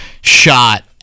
shot